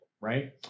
right